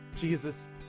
Jesus